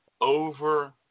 over